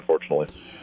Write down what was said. unfortunately